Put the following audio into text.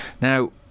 Now